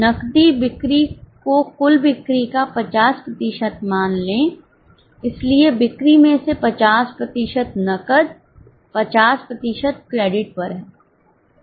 नकदी बिक्री को कुल बिक्री का 50 प्रतिशत मान लें इसलिए बिक्री में से 50 प्रतिशत नकद 50 प्रतिशत क्रेडिट पर हैं